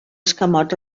escamot